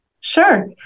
Sure